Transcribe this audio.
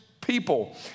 people